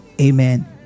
amen